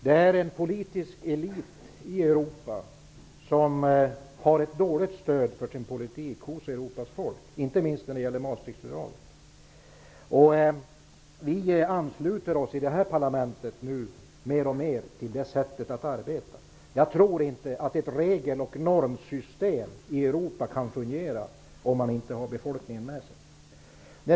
Det finns en politisk elit i Europa som har ett dåligt stöd för sin politik hos Europas folk, inte minst när det gäller Maastrichtfördraget. Vi ansluter oss i det här parlamentet mer och mer till det sättet att arbeta. Jag tror inte att ett regel och normsystem i Europa kan fungera om inte befolkningen är med.